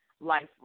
life